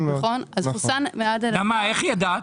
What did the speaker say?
איך ידעת?